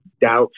doubts